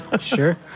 Sure